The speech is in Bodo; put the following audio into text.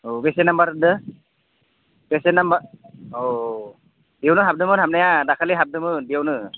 औ बेसे नाम्बार होन्दो बेसे नामबार औ औ बेयावनो हाबदोमोन हाबनाया दाखालि हाबदोमोन बेयावनो